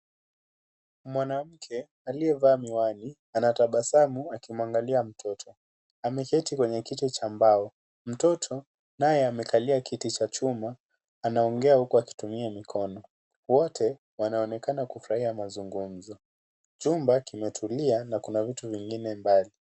Mwanamke aliyevaa miwani anatabasamu akimwangilia mtoto. Ameketi kwenye kiti cha mbao. Mtoto naye amekalia kiti cha chuma anaongea huku akitumia mikono. Wote wanaonekana kufurahia mazungumzo. Chumba kimetulia na kuna vitu vingine mbali.